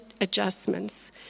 adjustments